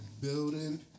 building